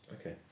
okay